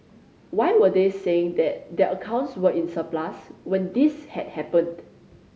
why were they saying that their accounts were in surplus when this had happened